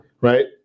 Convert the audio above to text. Right